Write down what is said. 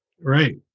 right